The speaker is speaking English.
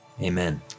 amen